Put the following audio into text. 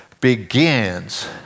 begins